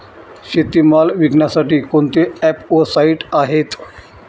शेतीमाल विकण्यासाठी कोणते ॲप व साईट आहेत?